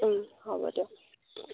হ'ব দিয়ক